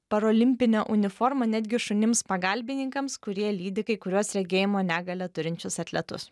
paralimpinę uniformą netgi šunims pagalbininkams kurie lydi kai kuriuos regėjimo negalią turinčius atletus